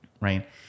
right